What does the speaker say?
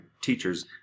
teachers